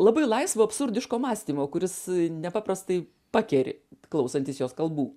labai laisvo absurdiško mąstymo kuris nepaprastai pakeri klausantis jos kalbų